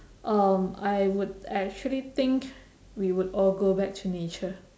um I would actually think we would all go back to nature